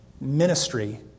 ministry